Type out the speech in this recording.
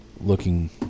looking